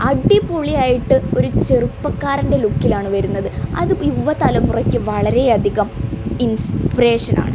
അടിപൊളിയായിട്ട് ഒരു ചെറുപ്പക്കാരൻ്റെ ലുക്കിലാണ് വരുന്നത് അത് യുവ തലമുറയ്ക്ക് വളരെയധികം ഇൻസ്പിരെഷനാണ്